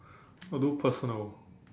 I'll do personal